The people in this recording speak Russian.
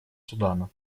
судана